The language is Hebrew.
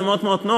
זה מאוד נוח,